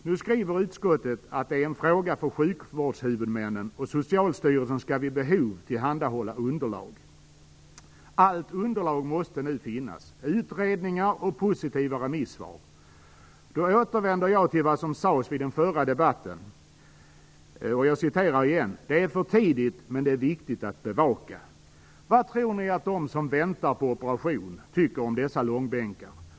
Nu skriver utskottet att detta är en fråga för sjukvårdshuvudmännen och att Socialstyrelsen vid behov skall tillhandahålla underlag. Allt underlag måste nu finnas - utredningar och positiva remissvar. Då återvänder jag till vad som sades vid den förra debatten - det är för tidigt att göra något men det är viktigt att bevaka frågorna. Vad tror ni att de som väntar på operation tycker om dessa långbänkar?